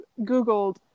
Googled